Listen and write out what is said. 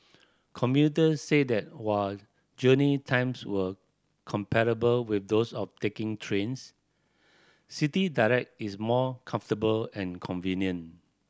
commuters said that while journey times were comparable with those of taking trains City Direct is more comfortable and convenient